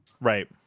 right